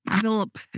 Philip